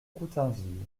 coutainville